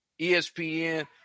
ESPN